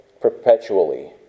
perpetually